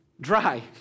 dry